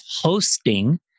hosting